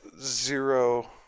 zero